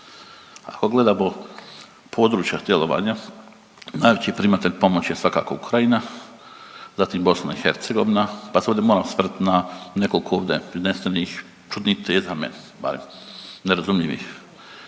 Ako gledamo područja djelovanja, najveći primatelj pomoći je svakako Ukrajina, zatim BIH pa se ovdje moram osvrnut na nekoliko ovdje prinesenih čudnih teza, meni barem, nerazumljivih.